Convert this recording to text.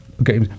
Okay